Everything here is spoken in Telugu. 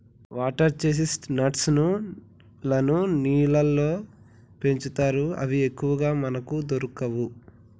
వాటర్ చ్చేస్ట్ నట్స్ లను నీళ్లల్లో పెంచుతారు అవి ఎక్కువగా మనకు దొరకవు